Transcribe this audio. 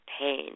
pain